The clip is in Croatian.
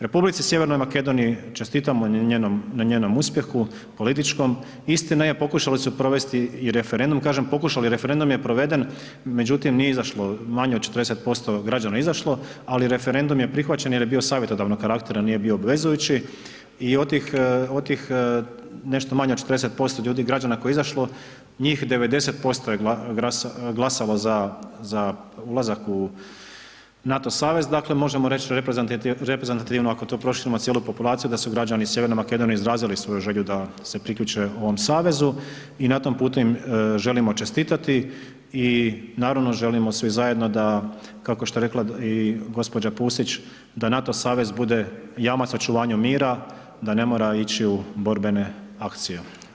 Republici Sjevernoj Makedoniji čestitamo na njenom uspjehu, političkom, istina je, pokušali su provesti i referendum, kažem pokušali, referendum je proveden međutim, nije izašlo, manje od 40% građana je izašlo, ali referendum je prihvaćen jer je bio savjetodavnog karaktera, nije bio obvezujući i od tih nešto manje od 40% ljudi, građana koje je izašlo, njih 90% je glasalo za ulazak u NATO savez, dakle možemo reći da reprezentativno ako tu proširimo cijelu populaciju da su građani Sjeverne Makedonije izrazili svoju želju da se priključe ovom savezu i na tom putu im želimo čestitati i naravno, želimo svi zajedno da kako što je rekla i gđa. Pusić, da NATO savez bude jamac očuvanja mira, da mora ići u borbene akcije.